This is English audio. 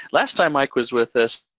last time mike was with us,